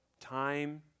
time